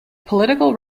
political